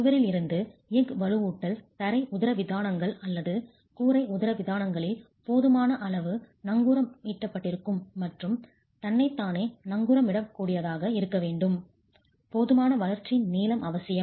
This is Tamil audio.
சுவரில் இருந்து எஃகு வலுவூட்டல் தரை உதரவிதானங்கள் அல்லது கூரை உதரவிதானங்களில் போதுமான அளவு நங்கூரமிடப்பட்டிருக்கும் மற்றும் தன்னைத்தானே நங்கூரமிடக்கூடியதாக இருக்க வேண்டும் போதுமான வளர்ச்சி நீளம் அவசியம்